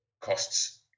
costs